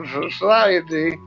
society